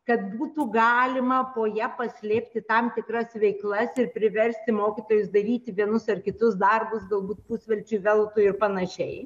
kad būtų galima po ja paslėpti tam tikras veiklas ir priversti mokytojus daryti vienus ar kitus darbus galbūt pusvelčiui veltui ir panašiai